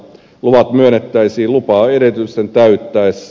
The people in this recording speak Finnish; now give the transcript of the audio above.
luvat myönnettäisiin lupaedellytysten täyttyessä